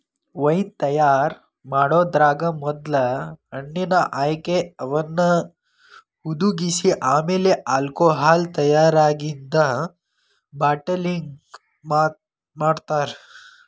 wine ತಯಾರ್ ಮಾಡೋದ್ರಾಗ ಮೊದ್ಲ ಹಣ್ಣಿನ ಆಯ್ಕೆ, ಅವನ್ನ ಹುದಿಗಿಸಿ ಆಮೇಲೆ ಆಲ್ಕೋಹಾಲ್ ತಯಾರಾಗಿಂದ ಬಾಟಲಿಂಗ್ ಮಾಡ್ತಾರ